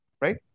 right